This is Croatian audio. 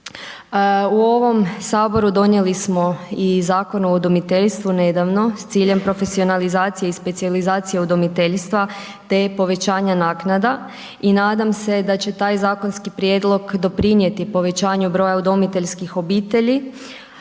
U ovom Saboru donijeli smo i Zakon o udomiteljstvu nedavno s ciljem profesionalizacije i specijalizacije udomiteljstva te povećanja naknada i nadam se da će taj zakonski prijedlog doprinijeti povećanju broja udomiteljskih obitelji.